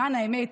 למען האמת,